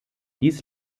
dies